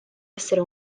essere